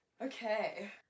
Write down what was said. Okay